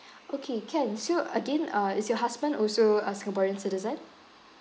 okay can so again uh is your husband also a singaporean citizen